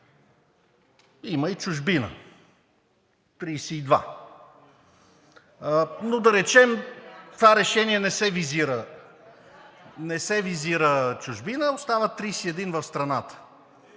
има и в чужбина – 32, но да речем в това решение не се визира чужбина, остават 31 в страната.